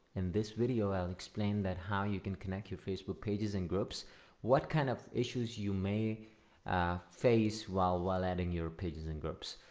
in this video, i'll explain that how you can connect your facebook pages and groups what kind of issues you may face while while adding your pages and groups.